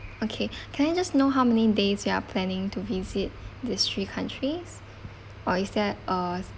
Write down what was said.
okay can I just know how many days you are planning to visit these three countries or is that err